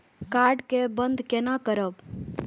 Card के बन्द केना करब?